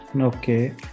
Okay